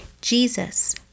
Jesus